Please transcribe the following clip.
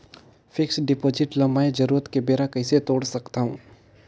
Fixed deposit ल मैं जरूरत के बेरा कइसे तोड़ सकथव?